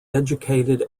educated